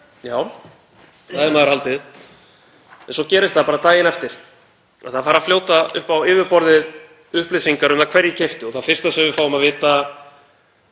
Já, það hefði maður haldið. En svo gerist það bara daginn eftir að það fara að fljóta upp á yfirborðið upplýsingar um það hverjir keyptu og það fyrsta sem við fáum eru